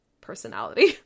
personality